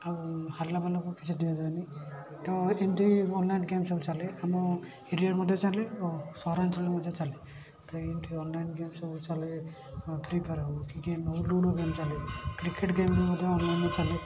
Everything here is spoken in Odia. ଆଉ ହାରିଲା ମାନଙ୍କୁ କିଛି ଦିଆଯାଏନି ତ ଏମିତି ଅନଲାଇନ୍ ଗେମ୍ ସବୁ ଆମ ମଧ୍ୟ ଚାଲେ ଆଉ ସହରାଞ୍ଚଳରେ ମଧ୍ୟ ଚାଲେ ତ ଏମିତି ଅନେକ ଗେମ୍ ସବୁ ଚାଲେ ଫ୍ରିଫାୟାର ହୋଉକି ଗେମ୍ ହଉ ଲୁଡୁ ଗେମ୍ ଚାଲେ କ୍ରିକେଟ୍ ଗେମ୍ ବି ମଧ୍ୟ ଅନଲାଇନ୍ରେ ଚାଲେ